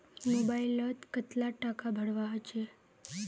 Mobile लोत कतला टाका भरवा होचे?